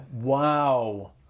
wow